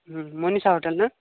ହୁଁ ମନୀଷା ହୋଟେଲ୍ ନା